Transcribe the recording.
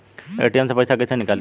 ATM से पैसा कैसे नीकली?